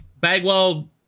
Bagwell